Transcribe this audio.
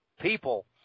people